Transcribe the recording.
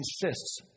insists